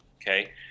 Okay